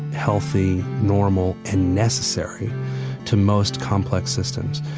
healthy, normal, and necessary to most complex systems.